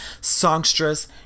Songstress